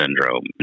syndrome